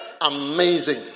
Amazing